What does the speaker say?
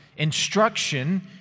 instruction